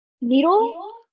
needle